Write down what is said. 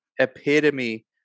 epitome